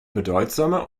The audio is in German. bedeutsame